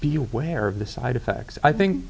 be aware of the side effects i think